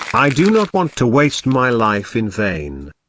i do not want to waste my life in vain.